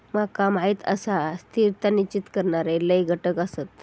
माका माहीत आसा, स्थिरता निश्चित करणारे लय घटक आसत